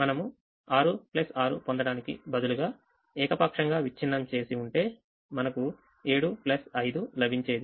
మనము 6 6 పొందడానికి బదులుగా ఏకపక్షంగా విచ్ఛిన్నం చేసి ఉంటే మనకు 7 5 లభించేది